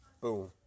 Boom